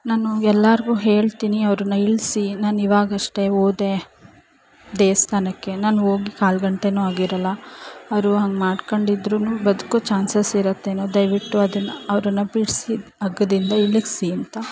ನಾನು ಎಲ್ಲರಿಗೂ ಹೇಳ್ತೀನಿ ಅವ್ರನ್ನು ಇಳಿಸಿ ನಾನು ಇವಾಗಷ್ಟೆ ಹೋದೆ ದೇವಸ್ಥಾನಕ್ಕೆ ನಾನು ಹೋಗಿ ಕಾಲು ಗಂಟೆಯೂ ಆಗಿರೋಲ್ಲ ಅವರು ಹಂಗೆ ಮಾಡ್ಕೊಂಡಿದ್ರು ಬದುಕೋ ಚಾನ್ಸಸ್ ಇರುತ್ತೆನೋ ದಯವಿಟ್ಟು ಅದನ್ನು ಅವ್ರನ್ನು ಬಿಡಿಸಿ ಹಗ್ಗದಿಂದ ಇಳಿಸಿ ಅಂತ